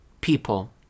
people